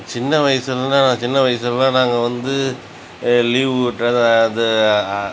சின்ன வயசுலேருந்து நான் சின்ன வயசுலெலாம் நாங்கள் வந்து லீவ் விட்டா அது